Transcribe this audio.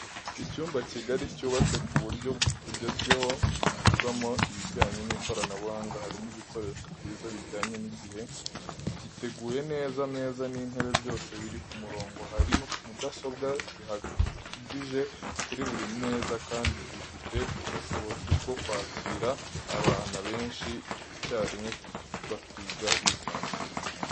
Icyumba kigari cyubatse ku buryo bwugezweho kigirwamo ibijyanye n'ikoranabuhanga harimo ibikoresho byiza bijyanye n'igihe, giteguye neza ameza n'intebe byose biri ku murongo ,hari mudasobwa zihagije kuri buri meza kandi gifite ubushobozi bwo kwakira abana benshi icyarimwe bakiga bisanzuye.